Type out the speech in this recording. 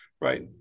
right